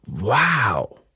Wow